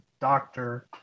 doctor